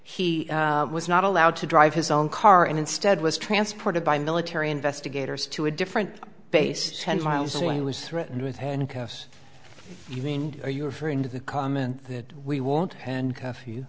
he was not allowed to drive his own car and instead was transported by military investigators to a different base ten miles away he was threatened with handcuffs you mean are you referring to the comment that we won't and if you